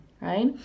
right